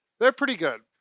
they're pretty good.